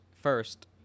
first